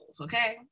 okay